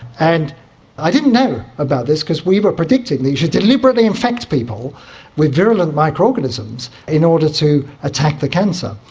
and i didn't know about this because we were predicting that you should deliberately infect people with virulent microorganisms in order to attack the cancer,